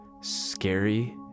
scary